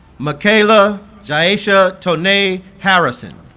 makayla jyasia tonae harrison